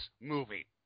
movie